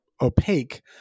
opaque